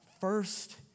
first